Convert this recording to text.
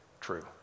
true